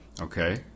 Okay